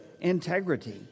integrity